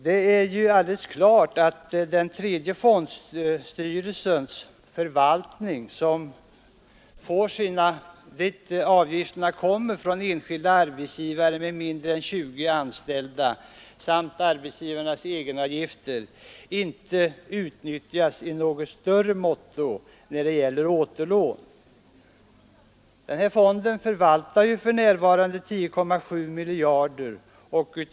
Det är ju alldeles klart att den tredje fondstyrelsens medel, dit avgifterna kommer från enskilda arbetsgivare med mindre än 20 anställda samt arbetsgivarnas egenavgifter, inte utnyttjas i någon större utsträckning när det gäller återlån. Denna fond förvaltar ju för närvarande 10,7 miljarder.